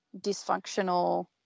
dysfunctional